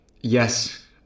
yes